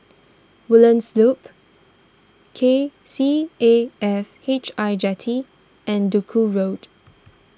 Woodlands Loop K C A F H I Jetty and Duku Road